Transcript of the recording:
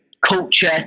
culture